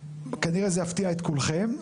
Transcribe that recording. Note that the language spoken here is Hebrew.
כנראה זה יפתיע את כולכם,